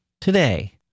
today